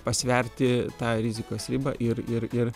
pasverti tą rizikos ribą ir ir ir